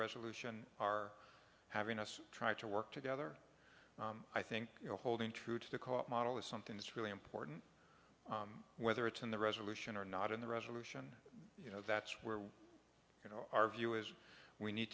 resolution are having us try to work together i think you know holding true to the cost model is something that's really important whether it's in the resolution or not in the resolution you know that's where you know our view is we need